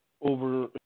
over